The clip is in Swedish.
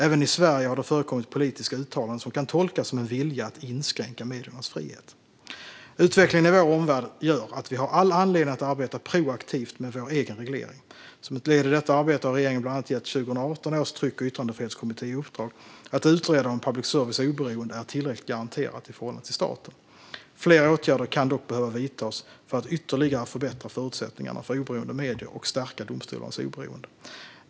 Även i Sverige har det förekommit politiska uttalanden som kan tolkas som en vilja att inskränka mediernas frihet. Utvecklingen i vår omvärld gör att vi har all anledning att arbeta proaktivt med vår egen reglering. Som ett led i detta arbete har regeringen bland annat gett 2018 års tryck och yttrandefrihetskommitté i uppdrag att utreda om public services oberoende är tillräckligt garanterat i förhållande till staten. Fler åtgärder kan dock behöva vidtas för att ytterligare förbättra förutsättningarna för oberoende medier och stärka domstolarnas oberoende.